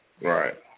right